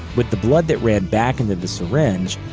with the blood that ran back into the syringe,